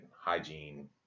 Hygiene